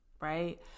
right